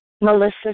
Melissa